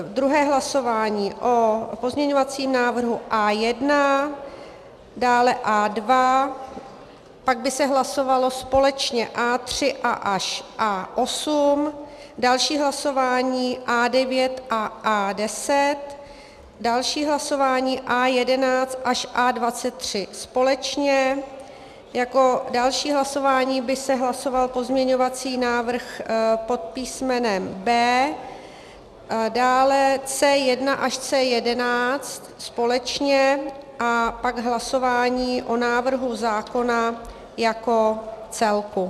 Druhé hlasování o pozměňovacím návrhu A1, dále A2, pak by se hlasovalo společně A3 až A8, další hlasování A9 a A10, další hlasování A11 až A23 společně, jako další hlasování by se hlasoval pozměňovací návrh pod písmenem B, dále C1 až C11 společně a pak hlasování o návrhu zákona jako celku.